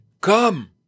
Come